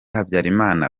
habyalimana